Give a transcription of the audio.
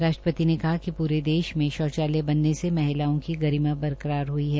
राष्ट्रपति ने कहा कि प्रे देश में शौचालय बनने से महिलाओं की गरिमा बरकरार हई है